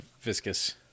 viscous